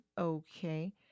okay